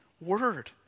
word